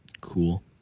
cool